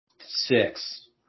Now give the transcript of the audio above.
Six